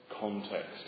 context